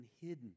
hidden